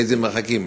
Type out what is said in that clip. לאיזה מרחקים,